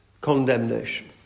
condemnation